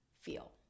feel